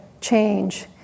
change